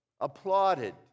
applauded